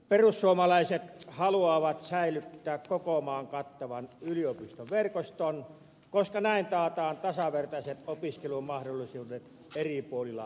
perussuomalaiset haluavat säilyttää koko maan kattavan yliopistoverkoston koska näin taataan tasavertaiset opiskelumahdollisuudet eri puolilla suomea